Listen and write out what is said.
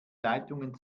leitungen